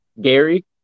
Gary